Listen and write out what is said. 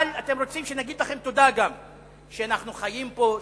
אבל אתם רוצים שנגיד לכם תודה שאנחנו חיים פה,